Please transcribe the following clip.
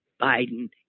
Biden